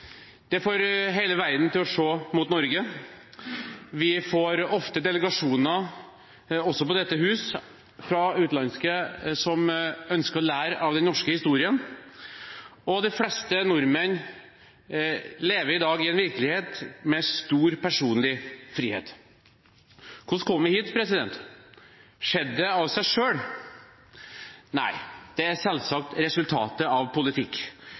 Det får hele verden til å se mot Norge. Vi får ofte, også til dette hus, delegasjoner fra utlandet som ønsker å lære av den norske historien. De fleste nordmenn lever i dag i en virkelighet med stor personlig frihet. Hvordan kom vi hit? Skjedde det av seg selv? Nei, det er selvsagt resultatet av politikk